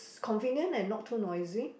convenient and not too noisy